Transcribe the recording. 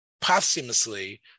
posthumously